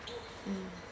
mm